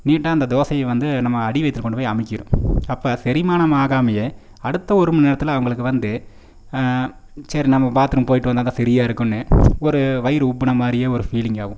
நீட்டாக அந்த தோசைய வந்து நம்ம அடிவயிற்றுல கொண்டு போயி அமுக்கிவிடும் அப்போ செரிமானம் ஆகாமயே அடுத்த ஒரு மணி நேரத்தில் அவங்களுக்கு வந்து சரி நம்ம பாத்ரூம் போய்ட்டு வந்தால் தான் ஃபிரீயாக இருக்கும்னு ஒரு வயிறு உப்பின மாதிரியே ஒரு ஃபீலிங் ஆகும்